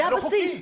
זה הבסיס.